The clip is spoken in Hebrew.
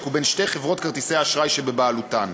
ובין שתי חברות כרטיסי האשראי שבבעלותם.